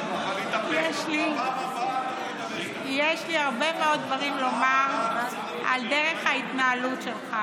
יש לי הרבה מאוד דברים לומר על דרך ההתנהלות שלך.